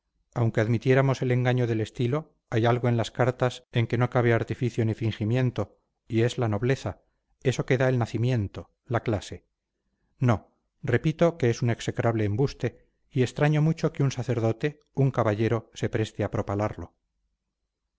aunque admitiéramos el engaño del estilo hay algo en las cartas en que no cabe artificio ni fingimiento y es la nobleza eso que da el nacimiento la clase no repito que es un execrable embuste y extraño mucho que un sacerdote un caballero se preste a propalarlo